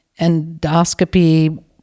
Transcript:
endoscopy